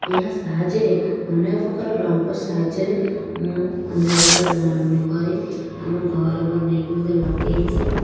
ଏହା ସାହାଯ୍ୟରେ ଅନେକ ପ୍ରକାର ରଙ୍ଗ ସାହାଯ୍ୟରେ ଅନେକ ପ୍ରକାର ବୁଣାବୁଣି କରେ ଆମ ଘରେ ବନାଇକି ମଧ୍ୟ ଲଗାଇଛି